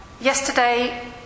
Yesterday